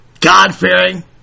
God-fearing